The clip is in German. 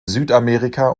südamerika